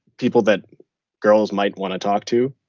people that girls might want to talk to,